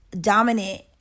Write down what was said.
dominant